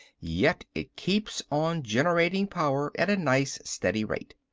yet it keeps on generating power at a nice, steady rate.